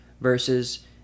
Versus